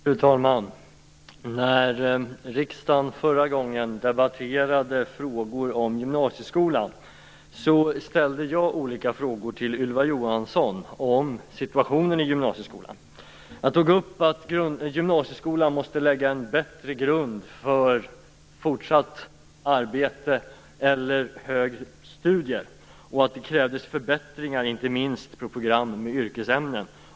Fru talman! När riksdagen förra gången debatterade frågor om gymnasieskolan ställde jag olika frågor till Ylva Johansson om situationen i gymnasieskolan. Jag sade att gymnasieskolan måste lägga en bättre grund för fortsatt arbete eller högre studier och att det krävdes förbättringar inte minst på program med yrkesämnen.